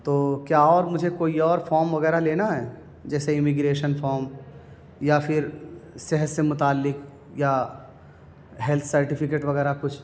تو کیا اور مجھے کوئی اور فام وغیرہ لینا ہے جیسے امیگریشن فام یا پھر صحت سے متعلق یا ہیلتھ سرٹیفکیٹ وغیرہ کچھ